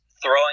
throwing